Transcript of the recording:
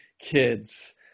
kids